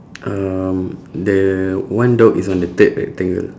um the one dog is on the third rectangle